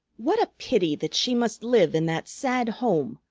what a pity that she must live in that sad home,